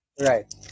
right